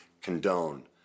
condone